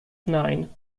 nine